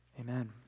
amen